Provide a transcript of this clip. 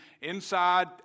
inside